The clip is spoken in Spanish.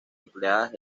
empleadas